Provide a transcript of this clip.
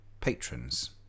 patrons